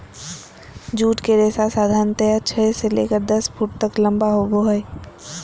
jute के रेशा साधारणतया छह से लेकर दस फुट तक लम्बा होबो हइ